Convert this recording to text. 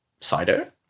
Cider